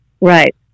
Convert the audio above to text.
Right